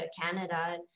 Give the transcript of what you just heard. Canada